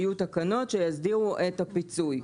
יהיו תקנות שיסדירו את הפיצוי.